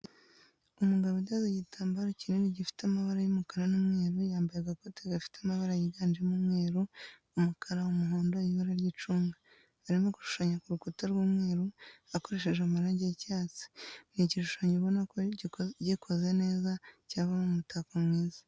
Umugabo uteze igitambaro kinini gifite amabara y'umukara n'umweru yamabaye agakoti gafite amabara yiganjemo umweru, umukara, umuhondo, ibara ry'icunga, arimo gushushanya ku rukuta rw'umweru akoresheje amarangi y'icyatsi, ni igishushanyo ubona ko gikoze neza cyavamo umutako mwiza.